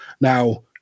Now